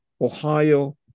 Ohio